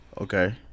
Okay